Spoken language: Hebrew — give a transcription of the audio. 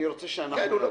אני רוצה שאנחנו נבין.